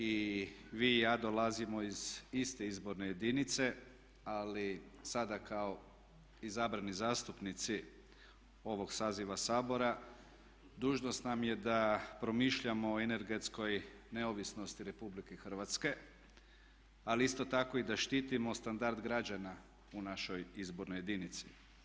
I vi i ja dolazimo iz iste izborne jedinice ali sada kao izabrani zastupnici ovog saziva Sabora dužnost nam je da promišljamo o energetskoj neovisnosti Republike Hrvatske ali isto tako da štitimo i standard građana u našoj izbornoj jedinici.